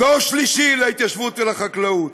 דור שלישי להתיישבות ולחקלאות,